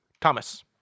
Thomas